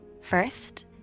First